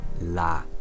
la